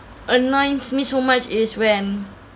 on mine miss so much is when